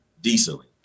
decently